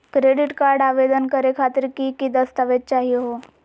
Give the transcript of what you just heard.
Credit card आवेदन करे खातिर की की दस्तावेज चाहीयो हो?